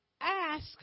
Ask